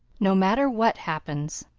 no matter what happens.